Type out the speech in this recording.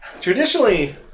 Traditionally